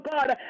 God